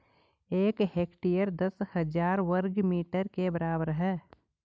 एक हेक्टेयर दस हजार वर्ग मीटर के बराबर है